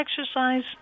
exercise